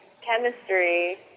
chemistry